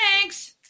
Thanks